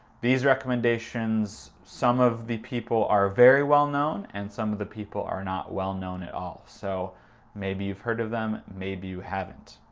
these recommendations. some of the people are very well known, and some of the people are not well known at all, so maybe you've heard of them, maybe you haven't.